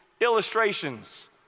illustrations